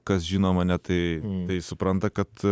kas žino mane tai tai supranta kad